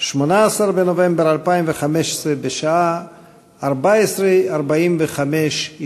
18 בנובמבר 2015, בשעה 14:45.